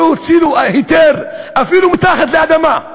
להוציא לו היתר אפילו מתחת לאדמה,